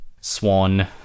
Swan